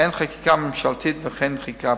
הן חקיקה ממשלתית והן חקיקה פרטית,